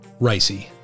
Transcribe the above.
ricey